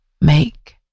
Make